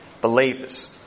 believers